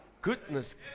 Goodness